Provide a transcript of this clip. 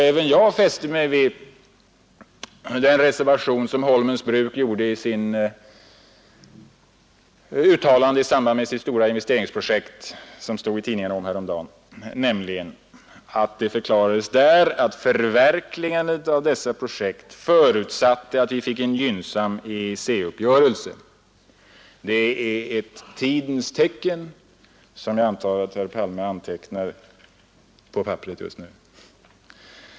Även jag fäster mig vid den reservation som Nr 137 Holmens bruk uttalade i samband med sitt stora investeringsprojekt som Torsdagen den stod omtalat i tidningarna häromdagen. Det förklarades där att förverk 2 december 1971 ligandet av dessa projekt förutsatte att vi fick en gynnsam EEC-upp" ——— görelse. Detta uttalande är ett tidens tecken, som jag antar att herr Palme Ang. förhandlingarantecknar på papperet just nu.